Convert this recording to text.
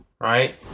right